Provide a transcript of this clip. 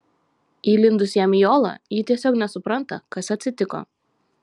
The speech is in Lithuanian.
įlindus jam į olą ji tiesiog nesupranta kas atsitiko